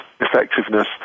effectiveness